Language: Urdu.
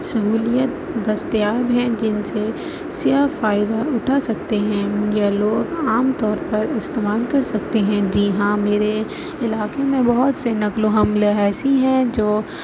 سہولیت دستیاب ہیں جن سے آپ فائدہ اٹھا سکتے ہیں یا لوگ عام طور پر استعمال کر سکتے ہیں جی ہاں میرے علاقے میں بہت سے نقل و حمل ایسی ہیں جو